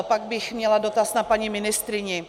Pak bych měla dotaz na paní ministryni.